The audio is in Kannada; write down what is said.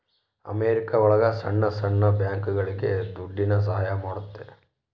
ಅಮೆರಿಕ ಒಳಗ ಸಣ್ಣ ಸಣ್ಣ ಬ್ಯಾಂಕ್ಗಳುಗೆ ದುಡ್ಡಿನ ಸಹಾಯ ಮಾಡುತ್ತೆ